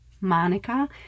Monica